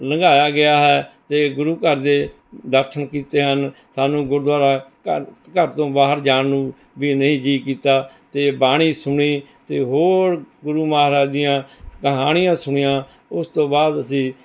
ਲੰਘਾਇਆ ਗਿਆ ਹੈ ਅਤੇ ਗੁਰੂ ਘਰ ਦੇ ਦਰਸ਼ਨ ਕੀਤੇ ਹਨ ਸਾਨੂੰ ਗੁਰਦੁਆਰਾ ਘਰ ਘਰ ਤੋਂ ਬਾਹਰ ਜਾਣ ਨੂੰ ਵੀ ਨਹੀਂ ਜੀ ਕੀਤਾ ਅਤੇ ਬਾਣੀ ਸੁਣੀ ਅਤੇ ਹੋਰ ਗੁਰੂ ਮਹਾਰਾਜ ਦੀਆਂ ਕਹਾਣੀਆਂ ਸੁਣੀਆਂ ਉਸ ਤੋਂ ਬਾਅਦ ਅਸੀਂ